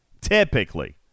Typically